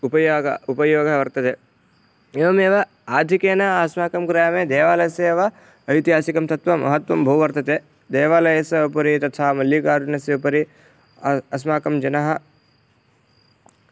उपयोगः उपयोगः वर्तते एवमेव आधिक्येन अस्माकं ग्रामे देवालयस्य एव ऐतिहासिकं तत्वं महत्त्वं बहु वर्तते देवालयस्य उपरि तथा मल्लिकार्जुनस्य उपरि अस्माकं जनाः